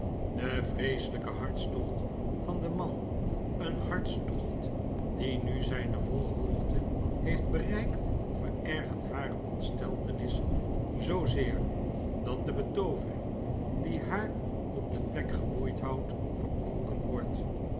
de vreeselyke hartstocht van den man een hartstocht die nu zyne voile hoogte heeft bereikt verergert hare ontsteltenis zoozeer dat de betoovering die haar op de plek geboeid houdt verbroken wordt